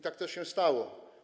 Tak też się stało.